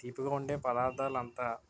తీపిగా ఉండే పదార్థాలు అంత